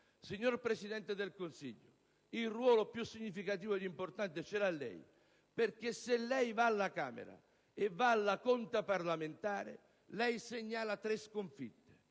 Signor Presidente del Consiglio, il ruolo più significativo ed importante ce l'ha lei, perché se lei va alla Camera e va alla conta parlamentare segnala tre sconfitte,